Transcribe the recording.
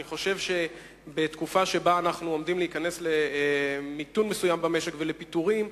אני חושב שבתקופה שבה אנחנו עומדים להיכנס למיתון מסוים במשק ולפיטורים,